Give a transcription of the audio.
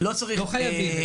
לא חייבים.